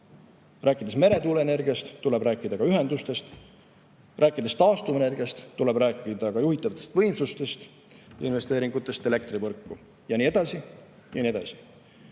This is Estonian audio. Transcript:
Rääkides meretuuleenergiast, tuleb rääkida ka ühendustest. Rääkides taastuvenergiast, tuleb rääkida ka juhitavatest võimsustest, investeeringutest elektrivõrku ja nii edasi.